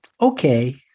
Okay